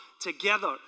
together